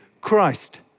Christ